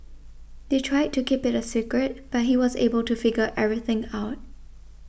they tried to keep it a secret but he was able to figure everything out